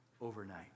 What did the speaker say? overnight